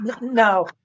No